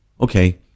okay